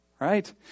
right